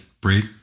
break